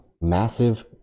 massive